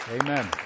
Amen